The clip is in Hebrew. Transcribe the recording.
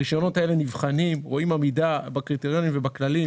הם נבחנים ורואים עמידה בקריטריונים ובכללים.